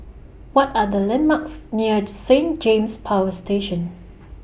What Are The landmarks near Saint James Power Station